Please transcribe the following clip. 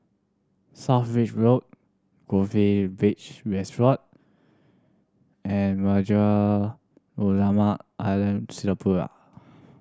South Bridge Road Goldkist Beach Resort and Majlis Ugama Islam Singapura